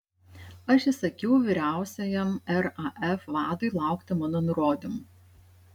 aš įsakiau vyriausiajam raf vadui laukti mano nurodymų